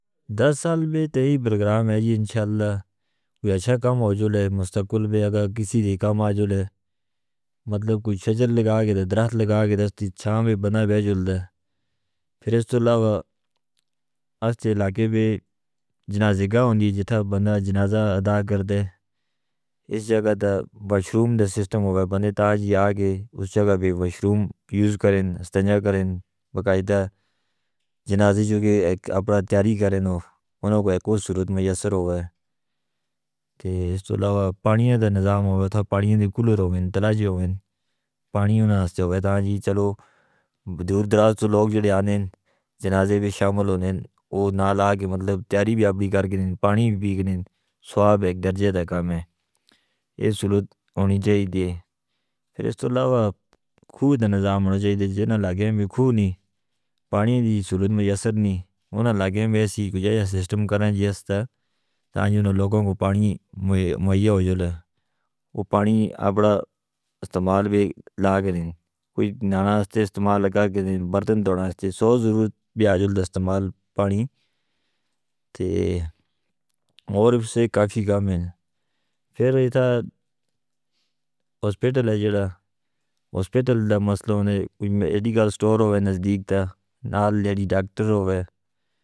دس سال میں تے ہی پروگرام ہے جی انشاءاللہ کوئی اچھا کام ہو جلے مستقبل بھی اگر کسی دی کام آ جلے مطلب کوئی شجر لگا کے درخت لگا کے تے چھاؤں بھی بنا بیج جلے۔ پھر اس تو علاوہ اس علاقے بھی جنازہ گاہ ہونی جہاں بندہ جنازہ ادا کردے۔ اس جگہ دا واشروم دا سسٹم ہووے بندے تاجی آگے اس جگہ بھی واشروم یوز کریں استنجہ کریں۔ وقائدہ جنازے جو کہ اپنا تیاری کریں انہیں کو ایک دوسرے صورت میں یسر ہووے کہ اس تو علاوہ پانی دا نظام ہووے تھا پانی اندی کولر ہوویں۔ طلع جیویں پانی انہیں استعمال ہے تان جی چلو دور دراز تو لوگ جڑے آنے جنازے بھی شامل ہونے وہ نا لائے کہ مطلب تیاری بھی اپنی کر کے پانی بھی پی کے سواب ایک درجے دا کام ہے یہ صورت ہونی چاہیے دی۔ پھر اس تو علاوہ کھو دا نظام ہونی چاہیے دی جنہاں لگے ہیں کہ کھو نہیں پانی اندی صورت میں یسر نہیں۔ انہاں لگے ہیں کہ اسی کوئی جایا سسٹم کریں جیہاں اس تا تانیوں نے لوگوں کو پانی مہیا ہو جلے۔ وہ پانی اپنا استعمال بھی لاگے ہیں کوئی نانا استے استعمال لگا کر دیں برتن دوڑنے استے سو ضرور بھی آجولد استعمال پانی تے اور اس سے کافی کام ہیں۔ پھر یہ تو ہسپیٹل ہے جڑا ہسپیٹل دا مسئلہ ہونے ایڈی کال سٹور ہووے نزدیک تے نال ایڈی ڈاکٹر ہووے.